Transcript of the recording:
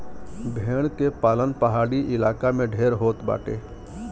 भेड़ के पालन पहाड़ी इलाका में ढेर होत बाटे